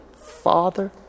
father